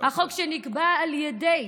החוק שנקבע על ידי